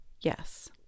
Yes